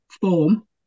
form